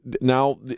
Now